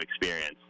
experience